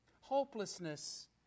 hopelessness